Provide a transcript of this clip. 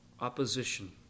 opposition